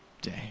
day